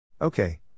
Okay